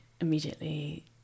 immediately